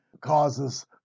causes